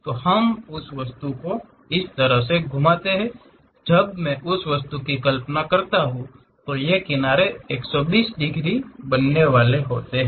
तो हमें उस वस्तु को इस तरह घुमाना होगा जब मैं उस वस्तु की कल्पना करता हूं तो ये किनारे 120 डिग्री बनाने वाले होते हैं